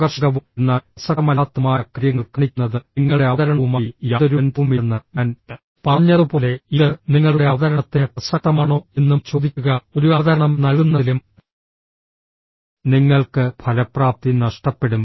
ആകർഷകവും എന്നാൽ പ്രസക്തമല്ലാത്തതുമായ കാര്യങ്ങൾ കാണിക്കുന്നത് നിങ്ങളുടെ അവതരണവുമായി യാതൊരു ബന്ധവുമില്ലെന്ന് ഞാൻ പറഞ്ഞതുപോലെ ഇത് നിങ്ങളുടെ അവതരണത്തിന് പ്രസക്തമാണോ എന്നും ചോദിക്കുക ഒരു അവതരണം നൽകുന്നതിലും നിങ്ങൾക്ക് ഫലപ്രാപ്തി നഷ്ടപ്പെടും